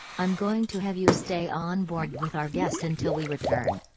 i'm going to have you stay onboard with our guest until we return.